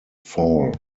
fall